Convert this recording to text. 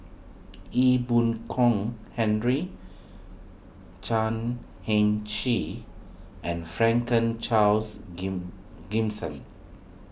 Ee Boon Kong Henry Chan Heng Chee and Franklin Charles Gimson